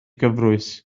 gyfrwys